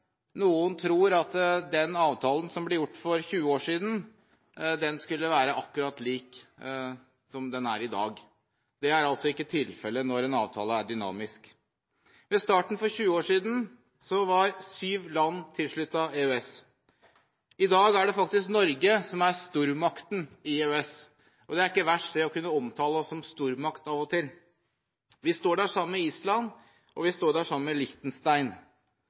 noen tror at den avtalen som ble gjort for 20 år siden, skulle være akkurat lik den som er i dag. Det er ikke tilfellet når en avtale er dynamisk. Ved starten for 20 år siden var syv land tilsluttet EØS. I dag er det faktisk Norge som er stormakten i EØS, og det er ikke verst å kunne omtale oss som stormakt av og til. Vi står der sammen med Island, og vi står der sammen med